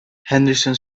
henderson